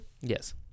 Yes